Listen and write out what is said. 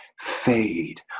fade